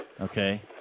Okay